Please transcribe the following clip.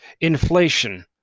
Inflation